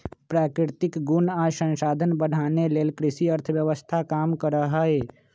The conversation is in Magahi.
प्राकृतिक गुण आ संसाधन बढ़ाने लेल कृषि अर्थव्यवस्था काम करहइ